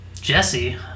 Jesse